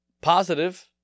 positive